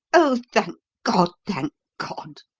oh, thank god! thank god!